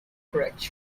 correct